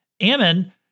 Ammon